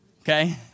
okay